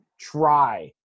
try